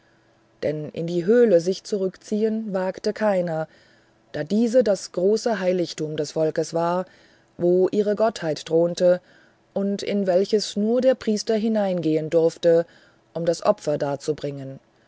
denn in die höhle sich zurückzuziehen wagte keiner da diese das große heiligtum des volkes war wo ihre gottheit thronte und in welches nur der priester hineingehen durfte um das opfer